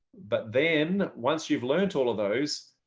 but then once you've learned all of those,